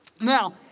now